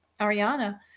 Ariana